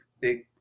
big